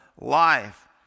life